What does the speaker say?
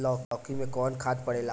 लौकी में कौन खाद पड़ेला?